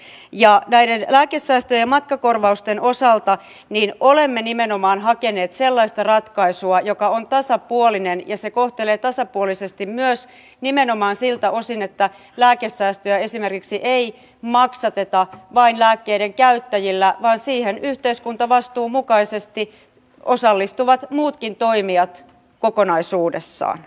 näiden lääkesäästöjen ja matkakorvausten osalta olemme nimenomaan hakeneet sellaista ratkaisua joka on tasapuolinen ja se kohtelee tasapuolisesti myös nimenomaan siltä osin että lääkesäästöjä esimerkiksi ei maksateta vain lääkkeiden käyttäjillä vaan siihen yhteiskuntavastuun mukaisesti osallistuvat muutkin toimijat kokonaisuudessaan